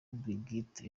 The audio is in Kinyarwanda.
brigitte